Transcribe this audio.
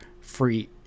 free